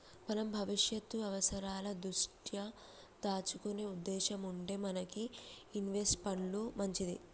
మనం భవిష్యత్తు అవసరాల దృష్ట్యా దాచుకునే ఉద్దేశం ఉంటే మనకి ఇన్వెస్ట్ పండ్లు మంచిది